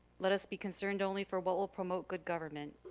let us be concerned only for what will promote good government.